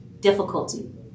difficulty